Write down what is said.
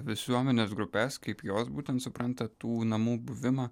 visuomenės grupes kaip jos būtent supranta tų namų buvimą